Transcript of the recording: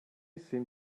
seem